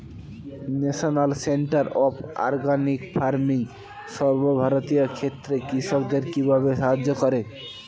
National centre of organic farming সর্বভারতীয় ক্ষেত্রে কৃষকদের কিভাবে সাহায্য করে?